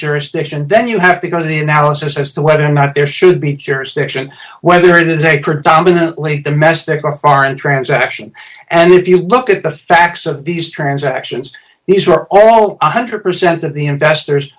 jurisdiction then you have to go to the analysis as to whether or not there should be jurisdiction whether it is a predominantly domestic or foreign transaction and if you look at the facts of these transactions these are all one hundred percent of the investors